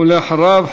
ואחריו,